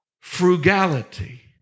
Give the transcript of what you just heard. frugality